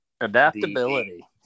adaptability